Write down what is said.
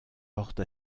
porte